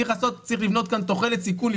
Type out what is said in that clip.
צריך לבנות כאן תוחלת סיכון,